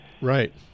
Right